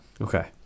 Okay